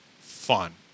fun